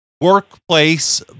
workplace